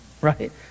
right